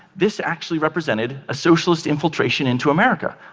this actually represented a socialist infiltration into america.